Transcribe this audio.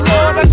Lord